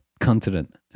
continent